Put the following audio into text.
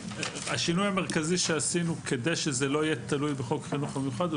השינוי המרכזי שעשינו כדי שזה לא יהיה תלוי בחוק החינוך המיוחד הוא